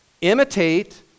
Imitate